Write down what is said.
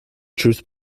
truth